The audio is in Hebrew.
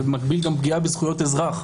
ובמקביל גם פגיעה בזכויות אזרח.